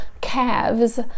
calves